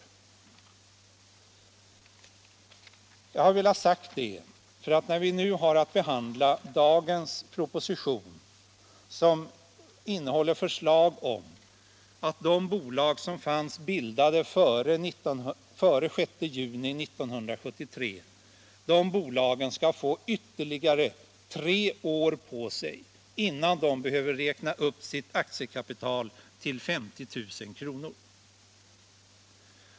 Jag har velat säga detta som bakgrund när vi nu har att behandla dagens proposition, som innehåller förslag om att de bolag som fanns bildade den 6 juni 1973 skall få ytterligare tre år på sig innan de behöver räkna upp sitt aktiekapital till 50 000 kr.